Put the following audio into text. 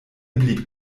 blieb